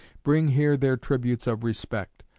bring here their tributes of respect.